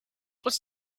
was